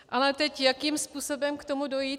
Ale teď jakým způsobem k tomu dojít.